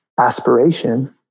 aspiration